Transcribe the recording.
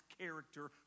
character